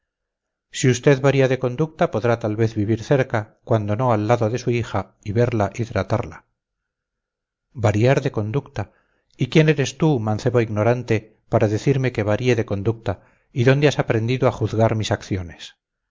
si usted varía de conducta podrá tal vez vivir cerca cuando no al lado de su hija y verla y tratarla variar de conducta y quién eres tú mancebo ignorante para decirme que varíe de conducta y dónde has aprendido a juzgar mis acciones